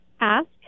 ask